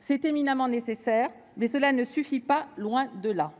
C'est éminemment nécessaire, mais cela ne suffit pas, loin de là.